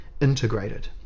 integrated